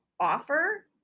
offer